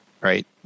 right